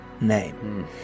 name